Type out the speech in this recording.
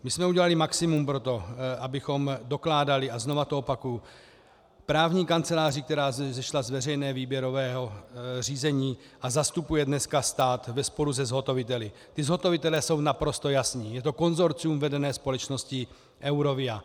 My jsme udělali maximum pro to, abychom dokládali, a znova to opakuji, právní kanceláři, která vzešla z veřejného výběrového řízení a zastupuje dneska stát ve sporu se zhotoviteli zhotovitelé jsou naprosto jasní: je to konsorcium vedené společností Eurovia.